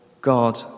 God